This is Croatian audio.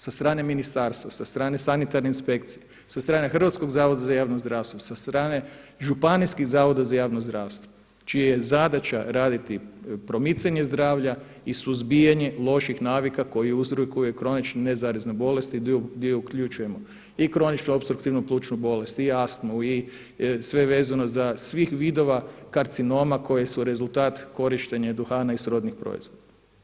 Sa strane ministarstva, sa strane sanitarne inspekcije, sa strane Hrvatskog zavoda za javno zdravstvo, sa strane Županijskih zavoda za javno zdravstvo čija je zadaća raditi promicanje zdravlja i suzbijanje loših navika koji uzrokuje kroničke nezarazne bolesti gdje uključujemo i kroničnu opstruktivnu plućnu bolest i astmu i sve vezano za sve vidove karcinoma koje su rezultat korištenja i duhana i srodnih proizvoda.